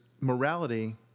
morality